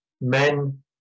men